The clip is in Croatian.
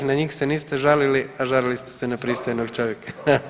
Na njih se niste žalili, a žalili ste se na pristojnog čovjeka.